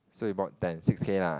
so you bought ten six K lah